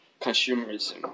consumerism